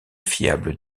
fiable